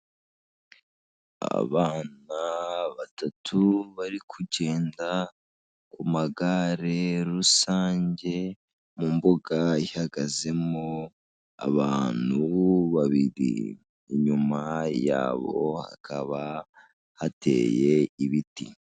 Abana batatu bari kugenda ku magare rusange mu mbuga ihagazemo abantu babiri, inyuma yabo hakaba hateye ibiti.